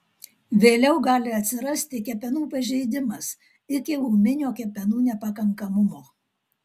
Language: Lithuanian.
vėliau gali atsirasti kepenų pažeidimas iki ūminio kepenų nepakankamumo